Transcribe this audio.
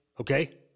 Okay